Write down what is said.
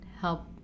help